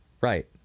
Right